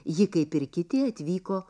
ji kaip ir kiti atvyko